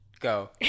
Go